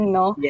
no